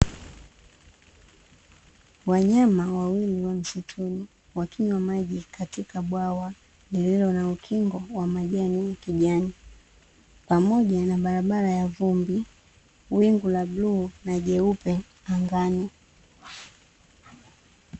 Wanyama wawili wa msituni wakinywa maji katika bwawa lililo na ukingo wa majani ya ukijani, pamoja na barabara ya vumbi, wingu la bluu na jeupe angani.